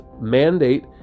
mandate